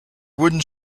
wooden